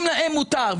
אם להם מותר,